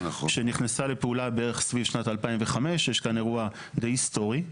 שנכנסה לפעולה סביב 2005. יש כאן אירוע די היסטורי.